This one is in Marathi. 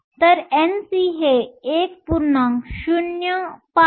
तर Nc 1